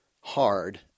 hard